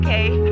Okay